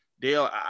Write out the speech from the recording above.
Dale